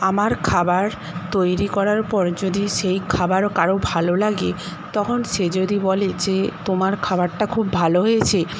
আমার খাবার তৈরি করার পর যদি সেই খাবার কারোর ভালো লাগে তখন সে যদি বলে যে তোমার খাবারটা খুব ভালো হয়েছে